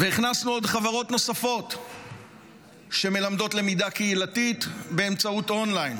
והכנסנו עוד חברות נוספות שמלמדות למידה קהילתית באמצעות און-ליין.